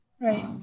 Right